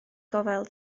gofal